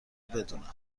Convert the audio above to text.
بدونم